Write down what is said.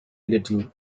little